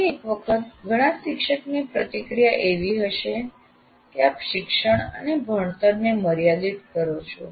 ફરી એક વખત ઘણા શિક્ષકની પ્રતિક્રિયા એવી હશે કે આપ શિક્ષણ અને ભણતરને માર્યાદિત કરો છો